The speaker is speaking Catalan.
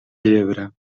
llebre